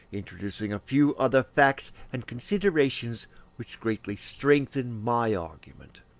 introducing a few other facts and considerations which greatly strengthen my argument.